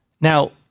Now